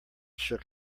shook